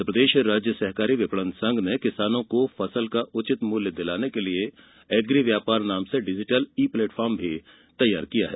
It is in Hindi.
मध्यप्रदेश राज्य सहकारी विपणन संघ ने किसानों को फसल का उचित मूल्य दिलाने के लिए एग्री व्यापार नाम से डिजीटल ई प्लेटफार्म तैयार किया गया है